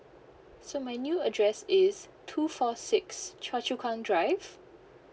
so my new address is two four six choa chu kang drive